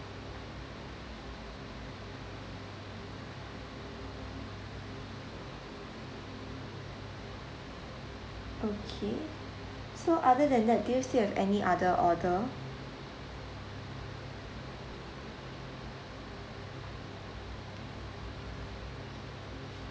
okay so other than that do you still have any other order